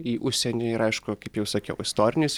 į užsienį ir aišku kaip jau sakiau istorinis